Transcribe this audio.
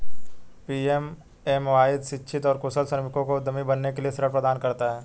PMMY शिक्षित और कुशल श्रमिकों को उद्यमी बनने के लिए ऋण प्रदान करता है